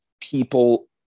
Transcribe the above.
people